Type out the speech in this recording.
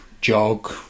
jog